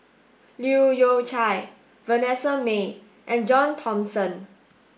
Leu Yew Chye Vanessa Mae and John Thomson